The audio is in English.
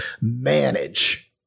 manage